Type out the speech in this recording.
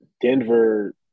Denver